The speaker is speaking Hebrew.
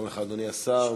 שלום לך, אדוני השר.